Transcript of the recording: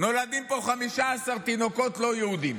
נולדים פה 15 תינוקות לא יהודים.